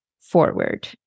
forward